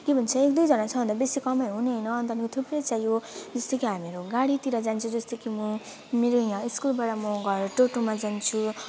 के भन्छ एक दुइजना छ भने त बेसी कमाइ हुने होइन अन्त नि थुप्रै चाहियो जस्तै कि हामीहरू गाडीतिर जान्छु जस्तै कि म मेरो यहाँ स्कुलबाट म घर टोटोमा जान्छु